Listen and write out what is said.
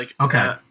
Okay